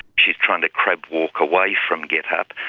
she's trying to crab walk away from getup.